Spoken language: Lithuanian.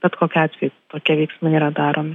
bet kokiu atveju tokie veiksmai yra daromi